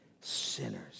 sinners